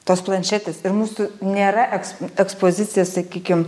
tos planšetės ir mūsų nėra eks ekspozicija sakykim